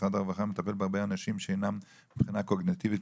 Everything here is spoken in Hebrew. משרד הרווחה מטפל בהרבה אנשים שמבחינה קוגניטיבית